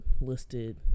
listed